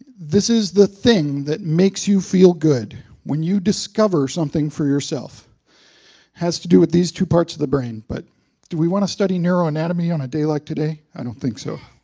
this is the thing that makes you feel good when you discover something for yourself. it has to do with these two parts of the brain, but do we want to study neuroanatomy on a day like today? i don't think so.